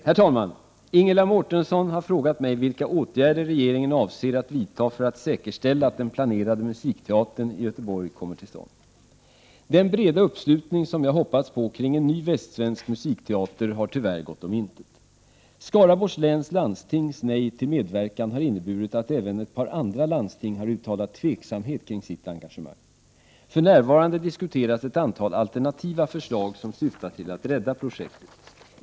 Herr talman! Ingela Mårtensson har frågat mig vilka åtgärder regeringen avser att vidta för att säkerställa att den planerade musikteatern i Göteborg kommer till stånd. Den breda uppslutning som jag hoppats på kring en ny västsvensk musikteater har tyvärr gått om intet. Skaraborgs läns landstings nej till medverkan har inneburit att även ett par andra landsting har uttalat tveksamhet kring sitt engagemang. För närvarande diskuteras ett antal alternativa förslag, som syftar till att rädda projektet.